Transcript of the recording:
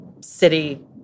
city